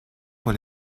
pour